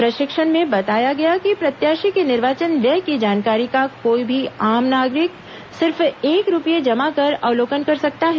प्रशिक्षण में बताया गया कि प्रत्याशी के निर्वाचन व्यय की जानकारी का कोई भी आम नागरिक सिर्फ एक रूपए जमाकर अवलोकन कर सकता है